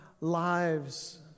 lives